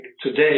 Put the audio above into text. today